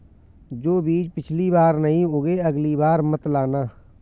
जो बीज पिछली बार नहीं उगे, अगली बार मत लाना